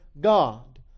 God